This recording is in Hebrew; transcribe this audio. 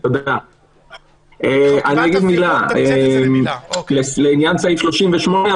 אני רוצה להגיד מילה לעניין סעיף 38,